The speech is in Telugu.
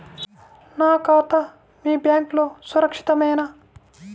నా ఖాతా మీ బ్యాంక్లో సురక్షితమేనా?